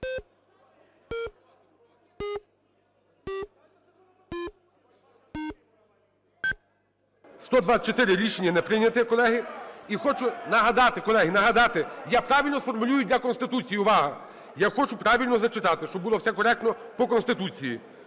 За-124 Рішення не прийнято, колеги. І хочу нагадати, колеги, нагадати, я правильно сформулюю для Конституції. Увага! Я хочу правильно зачитати, щоб було все коректно, по Конституції,